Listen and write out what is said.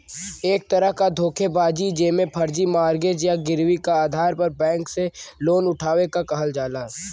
एक तरह क धोखेबाजी जेमे फर्जी मॉर्गेज या गिरवी क आधार पर बैंक से लोन उठावे क कहल जाला